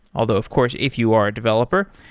although of course if you are a developer,